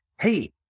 Hey